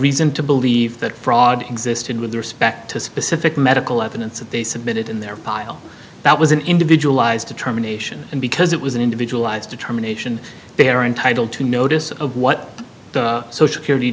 reason to believe that fraud existed with respect to specific medical evidence that they submitted in their pile that was an individualized determination and because it was an individual lives determination they are entitled to notice of what the